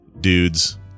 dudes